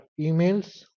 emails